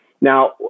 Now